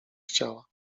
chciała